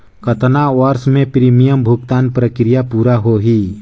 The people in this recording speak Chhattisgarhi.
कतना वर्ष मे प्रीमियम भुगतान प्रक्रिया पूरा होही?